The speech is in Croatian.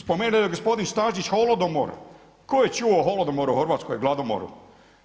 Spomenuo je gospodin Stazić holodomor, tko je čuo o holodomoru u Hrvatskoj, gladomoru